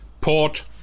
Port